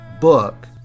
Book